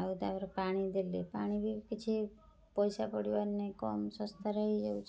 ଆଉ ତା ଉପରେ ପାଣି ଦେଲି ପାଣି ବି କିଛି ପଇସା ପଡ଼ିବାର ନାହିଁ କମ୍ ଶସ୍ତାରେ ହେଇଯାଉଛି